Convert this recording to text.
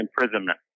imprisonment